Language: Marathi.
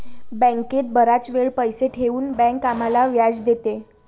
बँकेत बराच वेळ पैसे ठेवून बँक आम्हाला व्याज देते